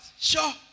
Sure